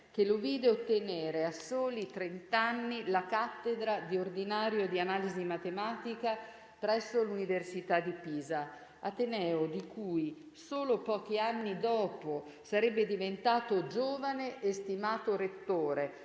che lo vide ottenere, a soli trenta anni, la cattedra di ordinario di analisi matematica presso l'Università di Pisa, ateneo di cui solo pochi anni dopo sarebbe diventato giovane e stimato rettore,